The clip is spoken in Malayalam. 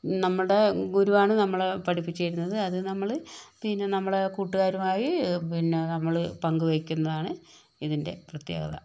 നമ്മുടെ ഗുരുവാണ് നമ്മളെ പഠിപ്പിച്ചു തരുന്നത് അത് നമ്മള് പിന്നെ നമ്മുടെ കൂട്ടുകാരുമായി പിന്നെ നമ്മള് പങ്കുവെക്കുന്നതാണ് ഇതിൻ്റെ പ്രത്യേകത